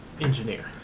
engineer